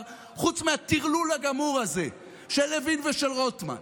חוץ מהטרלול הגמור הזה של לוין ושל רוטמן.